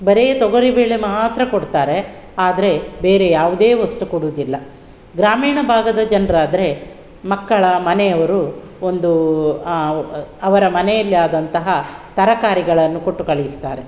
ಬರೀ ತೊಗರಿಬೇಳೆ ಮಾತ್ರ ಕೊಡ್ತಾರೆ ಆದರೆ ಬೇರೆ ಯಾವುದೇ ವಸ್ತು ಕೊಡುವುದಿಲ್ಲ ಗ್ರಾಮೀಣ ಭಾಗದ ಜನರಾದ್ರೆ ಮಕ್ಕಳ ಮನೆಯವರು ಒಂದು ಅವರ ಮನೆಯಲ್ಲಿ ಆದಂತಹ ತರಕಾರಿಗಳನ್ನು ಕೊಟ್ಟುಕಳುಹಿಸ್ತಾರೆ